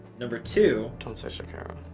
number two. don't say shakira.